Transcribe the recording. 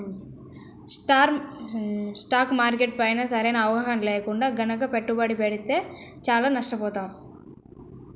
stock market పైన సరైన అవగాహన లేకుండా గనక పెట్టుబడి పెడితే చానా నష్టపోతాం